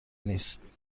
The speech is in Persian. نیست